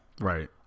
Right